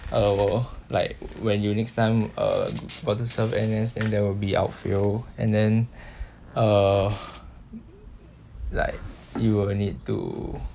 uh like when you next time uh further serve N_S then there will be outfield and then uh like you will need to